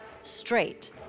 straight